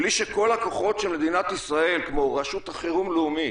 בלי שכל הכוחות של מדינת ישראל כמו רשות חירום לאומית,